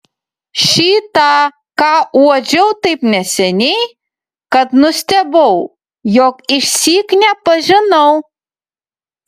šį tą ką uodžiau taip neseniai kad nustebau jog išsyk nepažinau